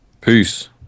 Peace